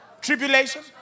tribulation